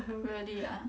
really ah